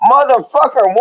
Motherfucker